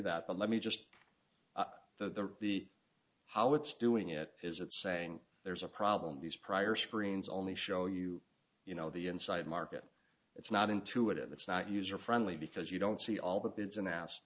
that but let me just the the how it's doing it is it's saying there's a problem these prior screens only show you you know the inside market it's not intuitive it's not user friendly because you don't see all the